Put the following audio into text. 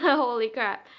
holy crap.